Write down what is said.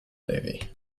navy